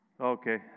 Okay